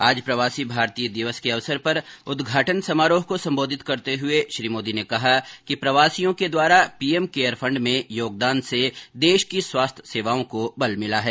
आज प्रवासी भारतीय दिवस के अवसर पर उद्घाटन समारोह को संबोधित करते हुए श्री मोदी ने कहा कि प्रवासियों के द्वारा पीएम केयर फण्ड में योगदान से देश की स्वास्थ्य सेवाओं को बल मिला है